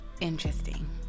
interesting